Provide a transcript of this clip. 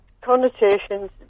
Connotations